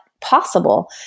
possible